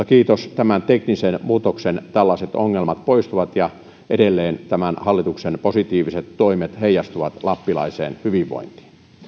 kiitos tämän teknisen muutoksen tällaiset ongelmat poistuvat ja edelleen tämän hallituksen positiiviset toimet heijastuvat lappilaiseen hyvinvointiin